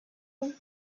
room